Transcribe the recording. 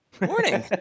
Morning